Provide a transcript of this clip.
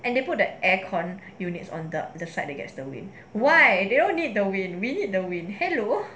and they put the air con unit on the the side that gets the wind why they don't need the wind we need the wind hello